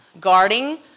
guarding